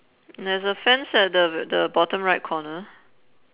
there's a fence at the b~ the bottom right corner